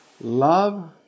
Love